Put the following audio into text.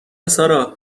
سارا